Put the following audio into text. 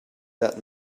that